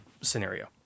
scenario